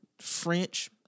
French